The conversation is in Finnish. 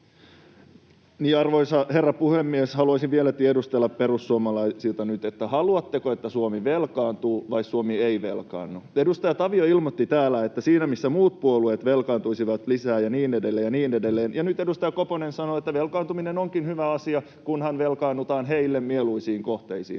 Arvoisa herra puhemies! Haluaisin nyt vielä tiedustella perussuomalaisilta, haluatteko, että Suomi velkaantuu vai että Suomi ei velkaannu. Edustaja Tavio ilmoitti täällä, että siinä, missä muut puolueet velkaantuisivat lisää ja niin edelleen ja niin edelleen, ja nyt edustaja Koponen sanoo, että velkaantuminen onkin hyvä asia, kunhan velkaannutaan heille mieluisiin kohteisiin.